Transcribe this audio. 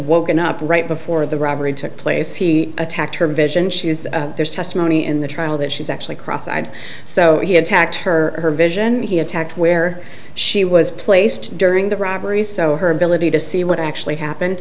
woken up right before the robbery took place he attacked her vision she is there's testimony in the trial that she's actually cross eyed so he attacked her her vision he attacked where she was placed during the robbery so her ability to see what actually happened